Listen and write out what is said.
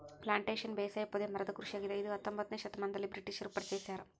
plantation ಬೇಸಾಯ ಪೊದೆ ಮರದ ಕೃಷಿಯಾಗಿದೆ ಇದ ಹತ್ತೊಂಬೊತ್ನೆ ಶತಮಾನದಲ್ಲಿ ಬ್ರಿಟಿಷರು ಪರಿಚಯಿಸ್ಯಾರ